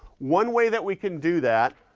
one way that we can do that,